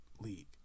league